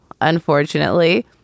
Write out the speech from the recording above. unfortunately